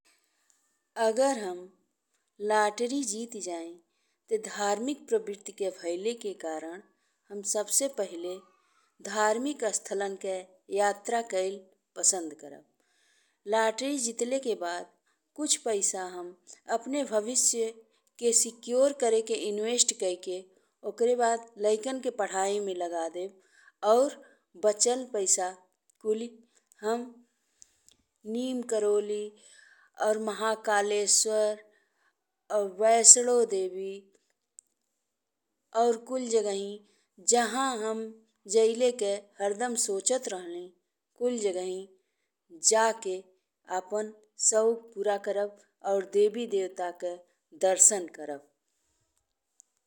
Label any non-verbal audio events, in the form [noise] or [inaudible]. अगर हम लॉटरी जीत जाईं ते धार्मिक प्रवृत्ति के भइल के कारण हम सबसे पहिले धार्मिक स्थानन के यात्रा कइल पसंद करब। लॉटरी जितले के बाद कुछ पैसा हम अपने भविष्य के सुरक्षित करेके निवेश कईके। ओकरे बाद लइकन के पढ़ाई में लगा देब और बचल पैसा कूली [hesitation] हम [hesitation] नीम करोली और महाकालेश्वर [hesitation] और वैष्णो देवी और कुल जगहि जहाँ हम जाएले के हरदम सोचत रहली कुल जगहि जाके आपन शौक पूरा करब और देवी देवता के दर्शन करब।